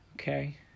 Okay